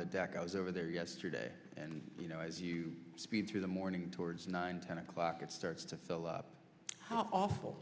the deck i was over there yesterday and you know as you speed through the morning towards nine ten o'clock it starts to fill up awful